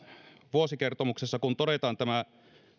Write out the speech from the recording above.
vuosikertomuksessa todetaan tämä